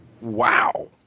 Wow